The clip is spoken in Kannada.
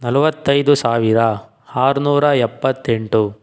ನಲ್ವತ್ತೈದು ಸಾವಿರ ಆರ್ನೂರ ಎಪ್ಪತ್ತೆಂಟು